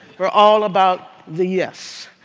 are all about the yes.